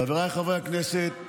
חבריי חברי הכנסת,